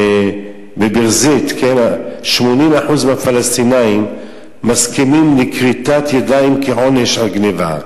בביר-זית 80% מהפלסטינים מסכימים לכריתת ידיים כעונש על גנבה,